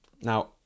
Now